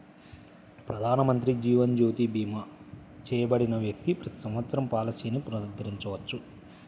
ప్రధానమంత్రి జీవన్ జ్యోతి భీమా చేయబడిన వ్యక్తి ప్రతి సంవత్సరం పాలసీని పునరుద్ధరించవచ్చు